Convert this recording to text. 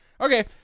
Okay